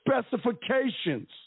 specifications